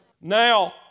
Now